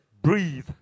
Breathe